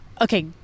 Okay